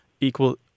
equal